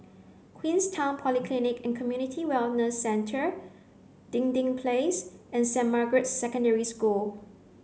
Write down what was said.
Queenstown Polyclinic and Community Wellness Centre Dinding Place and Saint Margaret's Secondary School